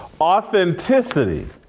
Authenticity